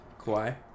Kawhi